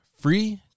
free